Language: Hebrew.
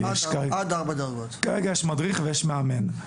כרגע יש מדריך ומאמן.